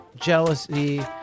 jealousy